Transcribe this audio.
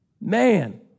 Man